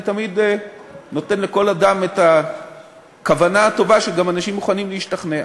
אני תמיד נותן לכל אדם את הכוונה הטובה, שאנשים גם מוכנים להשתכנע.